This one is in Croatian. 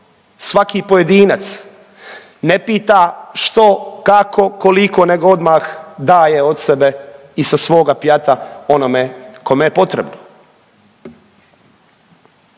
svaki pojedinac ne pita što, kako, koliko, nego odmah daje od sebe i sa svoga pjata onome kome je potrebno.